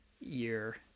year